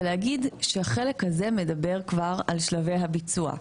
ולהגיד שהחלק הזה מדבר כבר על שלבי הביצוע.